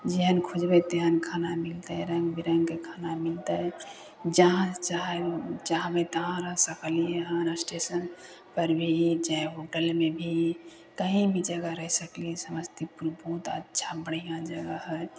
जेहेन खोजबै तेहेन खाना मिलतै रंग बिरंग के खाना मिलतै जहाँ चाह चाहबै तहाँ रह सकलियै हन असटेशन पर भी जइ होटल मे भी कहीं भी जगह रइह सकली समस्तीपुर बहुत अच्छा बढ़ियाँ जगह हय